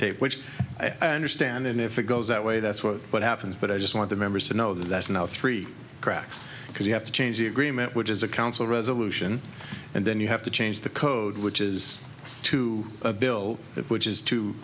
tape which i understand if it goes that way that's what what happens but i just want the members to know that's now three cracks because you have to change the agreement which is a council resolution and then you have to change the code which is to a bill which is to